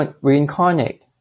reincarnate